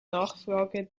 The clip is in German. nachfrage